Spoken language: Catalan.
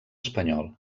espanyol